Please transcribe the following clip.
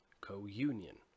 co-union